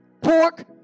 pork